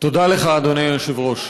תודה לך, אדוני היושב-ראש.